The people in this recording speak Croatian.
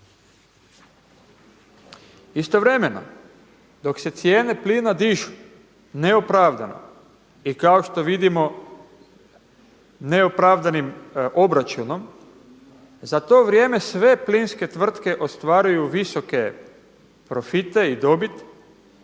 Istovremeno dok se cijene plina dižu neopravdano i kao što vidimo neopravdanim obračunom, za to vrijeme sve plinske tvrtke ostvaruju visoke profite i dobit.